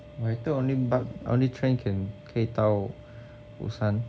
but I thought only bug only train can 可以到 busan